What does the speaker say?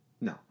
No